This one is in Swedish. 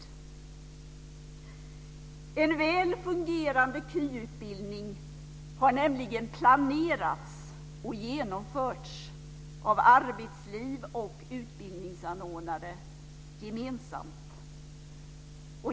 En väl fungerande kvalificerad yrkesutbildning har planerats och genomförts av arbetsliv och utbildningsanordnare gemensamt.